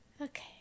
okay